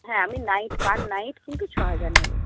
হ্যাঁ আমি night per night কিন্তু ছহাজার নেব